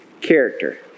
character